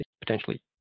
potentially